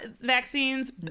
vaccines